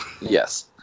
Yes